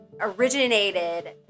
originated